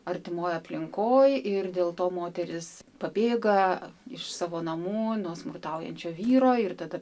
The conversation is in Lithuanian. artimoj aplinkoj ir dėl to moterys pabėga iš savo namų nuo smurtaujančio vyro ir tada